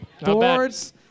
Boards